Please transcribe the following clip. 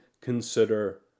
consider